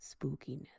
spookiness